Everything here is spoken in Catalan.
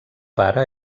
pare